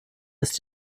ist